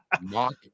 Mock